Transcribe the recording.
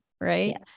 Right